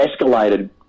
escalated